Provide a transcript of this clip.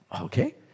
okay